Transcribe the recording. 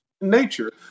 nature